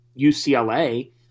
UCLA –